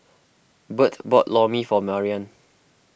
Bert bought Lor Mee for Marian